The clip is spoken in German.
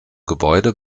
gebäude